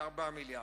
זה 4 מיליארדים.